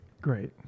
Great